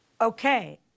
Okay